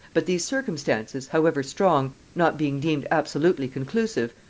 but these circumstances, however strong, not being deemed absolutely conclusive,